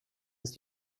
ist